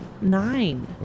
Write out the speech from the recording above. Nine